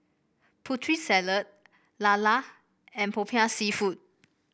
Putri Salad lala and popiah seafood